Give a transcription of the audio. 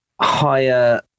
higher